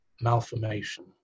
malformation